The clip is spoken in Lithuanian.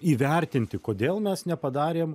įvertinti kodėl mes nepadarėm